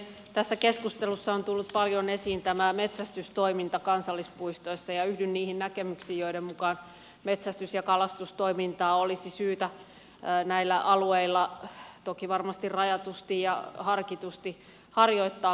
tässä keskustelussa on tullut paljon esiin tämä metsästystoiminta kansallispuistoissa ja yhdyn niihin näkemyksiin joiden mukaan metsästys ja kalastustoimintaa olisi syytä näillä alueilla toki varmasti rajatusti ja harkitusti harjoittaa